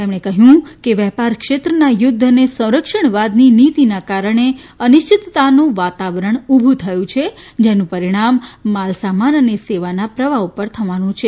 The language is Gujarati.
તેમણે કહ્યું કે વેપારક્ષેત્રના યુદ્ધ અને સંરક્ષણવાદની નીતિના કારણે અનિશ્વતતાનું વાતાવરણ ઉભું થયું છે જેનું પરિણામ માલસામાન અને સેવાના પ્રવાહ ઉપર થવાનો છે